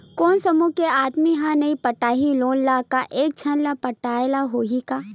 कोन समूह के आदमी हा नई पटाही लोन ला का एक झन ला पटाय ला होही का?